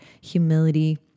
humility